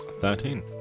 Thirteen